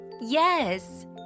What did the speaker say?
Yes